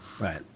Right